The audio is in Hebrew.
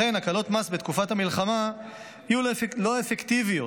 לכן הקלות מס בתקופת המלחמה יהיו לא אפקטיביות